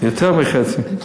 יותר מחצי.